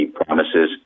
promises